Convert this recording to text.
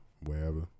wherever